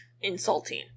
insulting